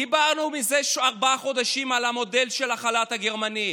דיברנו מזה ארבעה חודשים על המודל של החל"ת הגרמני.